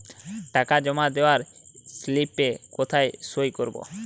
টাকা জমা দেওয়ার স্লিপে কোথায় সই করব?